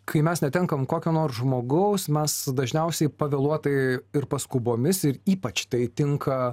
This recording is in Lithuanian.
kai mes netenkam kokio nors žmogaus mes dažniausiai pavėluotai ir paskubomis ir ypač tai tinka